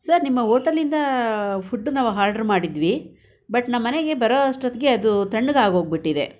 sir ನಿಮ್ಮ ಓಟಲಿಂದ food ನಾವು ಹಾರ್ಡ್ರ್ ಮಾಡಿದ್ವಿ ಬಟ್ ನಮ್ಮ ಮನೆಗೆ ಬರೋಷ್ಟೊತ್ತಿಗೆ ಅದು ತಣ್ಣಗಾಗೋಗ್ಬಿಟ್ಟಿದೆ